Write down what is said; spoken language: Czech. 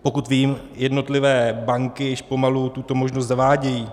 Pokud vím, jednotlivé banky již pomalu tuto možnost zavádějí.